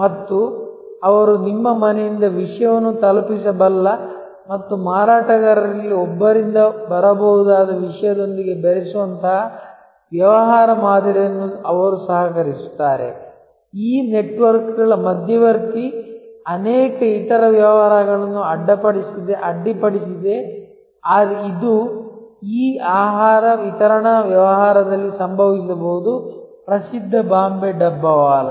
ಮತ್ತು ಅವರು ನಿಮ್ಮ ಮನೆಯಿಂದ ವಿಷಯವನ್ನು ತಲುಪಿಸಬಲ್ಲ ಮತ್ತು ಮಾರಾಟಗಾರರಲ್ಲಿ ಒಬ್ಬರಿಂದ ಬರಬಹುದಾದ ವಿಷಯದೊಂದಿಗೆ ಬೆರೆಸುವಂತಹ ವ್ಯವಹಾರ ಮಾದರಿಯನ್ನು ಅವರು ಸಹಕರಿಸುತ್ತಾರೆ ಈ ನೆಟ್ವರ್ಕ್ಗಳ ಮಧ್ಯವರ್ತಿ ಅನೇಕ ಇತರ ವ್ಯವಹಾರಗಳನ್ನು ಅಡ್ಡಿಪಡಿಸಿದೆ ಇದು ಈ ಆಹಾರ ವಿತರಣಾ ವ್ಯವಹಾರದಲ್ಲಿ ಸಂಭವಿಸಬಹುದು ಪ್ರಸಿದ್ಧ ಬಾಂಬೆ ಡಬ್ಬಾವಾಲಾಸ್